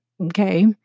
okay